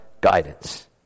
guidance